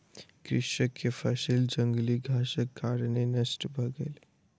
कृषक के फसिल जंगली घासक कारणेँ नष्ट भ गेल